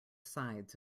sides